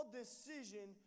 decision